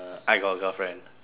uh I got a girlfriend